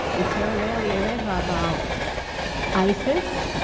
it's so ah rarely um ever about isis.